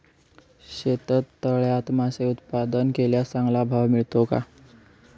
शेततळ्यात मासे उत्पादन केल्यास चांगला भाव मिळतो का?